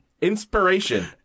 Inspiration